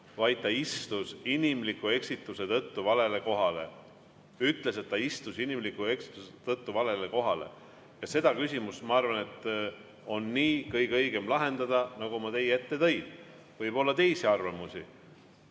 vaid ta istus inimliku eksituse tõttu valele kohale. Ütles, et ta istus inimliku eksituse tõttu valele kohale. Seda küsimust, ma arvan, on nii kõige õigem lahendada, nagu ma teie ette tõin. Võib olla teisi arvamusi.